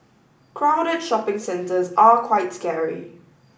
crowded shopping centres are quite scary